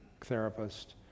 therapist